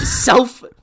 Self